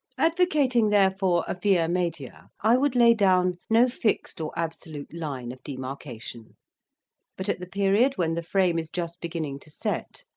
ad vocating therefore a via media, i would lay down no fixed or absolute line of demarcation but at the period when the frame is just beginning to set,